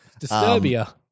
Disturbia